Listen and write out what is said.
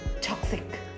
toxic